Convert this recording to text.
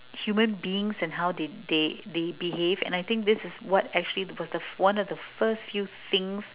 human beings and how they they they behave and I think this is what actually one of the first few things